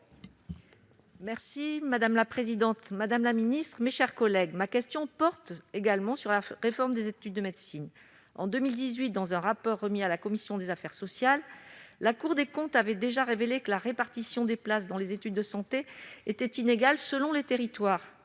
et de l'innovation. Madame la ministre, ma question porte également sur la réforme des études de médecine. En 2018, dans un rapport remis à la commission des affaires sociales, la Cour des comptes avait déjà révélé que la répartition des places dans les études de santé était inégale selon les territoires,